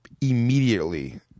immediately –